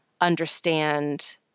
understand